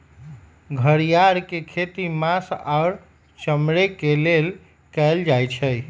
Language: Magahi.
घरिआर के खेती मास आऽ चमड़े के लेल कएल जाइ छइ